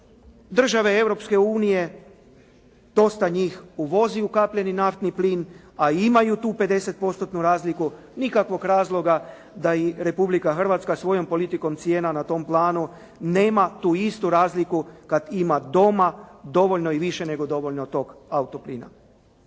unije dosta njih uvozi ukapljeni naftni plin, a imaju tu 50%-tnu razliku, nikakvog razloga da i Republika Hrvatska svojom politikom cijena na tom planu nema tu istu razliku kada ima doma dovoljno i više nego dovoljno tog auto plina.